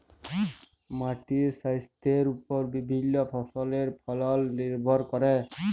মাটির স্বাইস্থ্যের উপর বিভিল্য ফসলের ফলল লির্ভর ক্যরে